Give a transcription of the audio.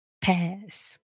pass